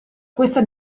questa